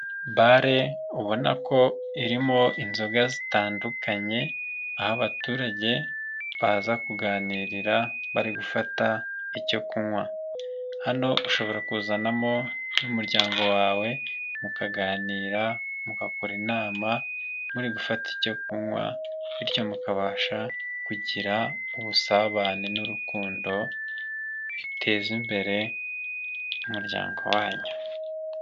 Bare ubona ko irimo inzoga zitandukanye aho abaturage baza kuganirira bari gufata icyo kunywa, hano ushobora kuzanamo n'umuryango wawe mukaganira mugakora inama muri gufata icyo kunywa bityo mukabasha kugira ubusabane n'urukundo biteza imbere umuryango wanyu.